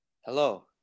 Hello